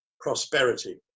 prosperity